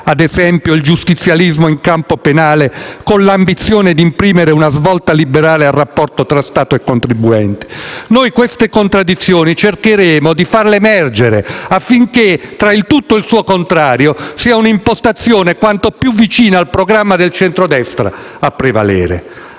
ad esempio il giustizialismo in campo penale con l'ambizione di imprimere una svolta liberale al rapporto tra Stato e contribuenti? Noi queste contraddizioni cercheremo di farle emergere, affinché tra il tutto e il suo contrario sia un'impostazione quanto più vicina al programma del centrodestra a prevalere.